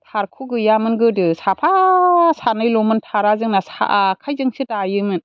थारखु गैयामोन गोदो साफा सानैल'मोन थारा जोंना आखाइजोंसो दायोमोन